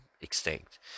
extinct